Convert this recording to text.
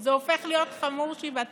זה הופך להיות חמור שבעתיים.